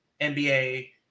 NBA